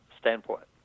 standpoint